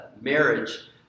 Marriage